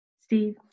Steve